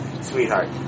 sweetheart